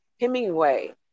Hemingway